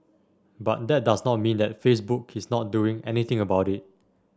but that does not mean that Facebook is not doing anything about it